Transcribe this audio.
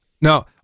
Now